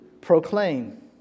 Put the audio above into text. Proclaim